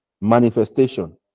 manifestation